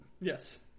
Yes